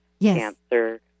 Cancer